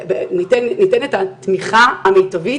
לתת את התמיכה המיטבית,